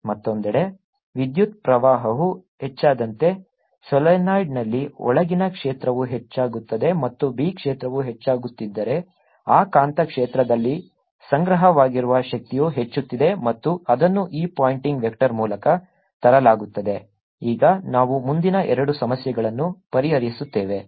ಮತ್ತೊಂದೆಡೆ ವಿದ್ಯುತ್ ಪ್ರವಾಹವು ಹೆಚ್ಚಾದಂತೆ ಸೊಲೆನಾಯ್ಡ್ನಲ್ಲಿ ಒಳಗಿನ ಕ್ಷೇತ್ರವು ಹೆಚ್ಚಾಗುತ್ತದೆ ಮತ್ತು B ಕ್ಷೇತ್ರವು ಹೆಚ್ಚಾಗುತ್ತಿದ್ದರೆ ಆ ಕಾಂತಕ್ಷೇತ್ರದಲ್ಲಿ ಸಂಗ್ರಹವಾಗಿರುವ ಶಕ್ತಿಯು ಹೆಚ್ಚುತ್ತಿದೆ ಮತ್ತು ಅದನ್ನು ಈ ಪಾಯಿಂಟಿಂಗ್ ವೆಕ್ಟರ್ ಮೂಲಕ ತರಲಾಗುತ್ತದೆ ಈಗ ನಾವು ಮುಂದಿನ ಎರಡು ಸಮಸ್ಯೆಗಳನ್ನು ಪರಿಹರಿಸುತ್ತೇವೆ